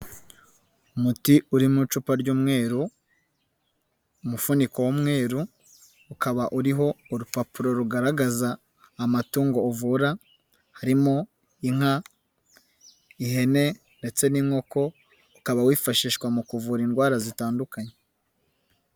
Umuti uri mu icupa ry'umweru, umufuniko w'umweruru ukaba uriho urupapuro rugaragaza amatungo uvura, harimo inka, ihene ndetse n'inkoko, ukaba wifashishwa mu kuvura indwara zitandukanye.